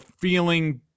feeling